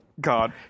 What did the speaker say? God